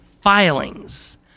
filings